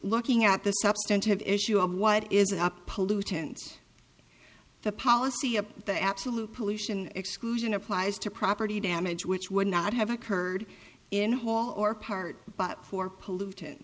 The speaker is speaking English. looking at the substantive issue of what is it up pollutant the policy of the absolute pollution exclusion applies to property damage which would not have occurred in whole or part but for pollutants